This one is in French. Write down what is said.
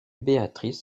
béatrice